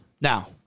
Now